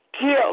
kill